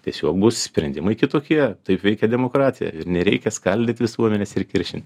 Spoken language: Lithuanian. tiesiog bus sprendimai kitokie taip veikia demokratija ir nereikia skaldyt visuomenės ir kiršint